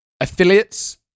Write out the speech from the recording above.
Affiliates